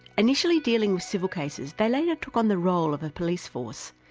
initially dealing with civil cases, they later took on the role of a police force,